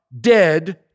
dead